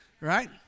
right